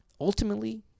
Ultimately